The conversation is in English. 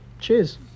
Cheers